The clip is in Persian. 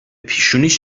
پیشونیش